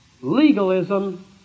legalism